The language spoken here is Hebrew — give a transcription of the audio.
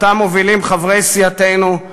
שאותה מובילים חברי סיעתנו,